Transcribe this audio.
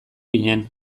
ginen